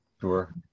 Sure